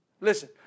Listen